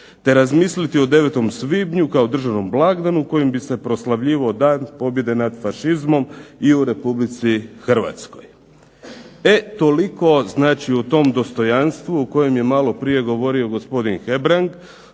te razmisliti o 9. svibnju kao državnom blagdanu kojim bi se proslavljivao dan pobjede nad fašizmom i u Republici Hrvatskoj. E toliko znači o tom dostojanstvu o kojem je malo prije govorio gospodin Hebrang,